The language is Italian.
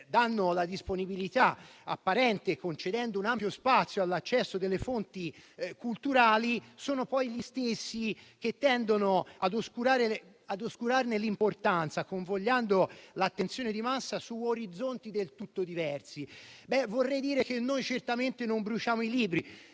danno una disponibilità apparente, concedendo ampio spazio all'accesso alle fonti culturali, gli stessi tendono poi ad oscurarne l'importanza, convogliando l'attenzione di massa su orizzonti del tutto diversi. Vorrei dire che noi certamente non bruciamo i libri,